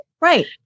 right